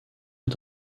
est